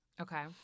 Okay